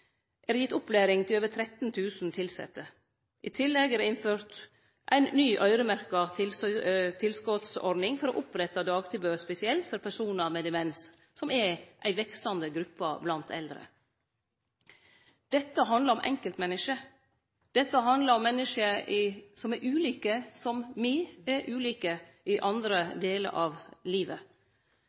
ei ny øyremerka tilskottsordning for å opprette dagtilbodet spesielt for personar med demens – som er ei veksande gruppe blant eldre. Dette handlar om enkeltmennesket. Dette handlar om menneske som er ulike, som me er ulike i andre delar av livet.